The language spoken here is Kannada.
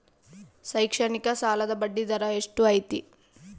ಶೈಕ್ಷಣಿಕ ಸಾಲದ ಬಡ್ಡಿ ದರ ಎಷ್ಟು ಐತ್ರಿ?